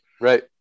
right